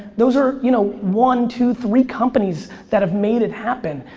those are you know one, two, three companies that have made it happen.